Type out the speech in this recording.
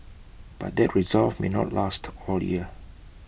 but that resolve may not last all year